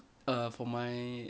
err for my